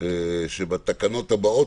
שכאשר יתוקנו התקנות הבאות